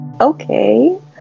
okay